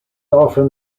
often